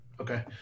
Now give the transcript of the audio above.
Okay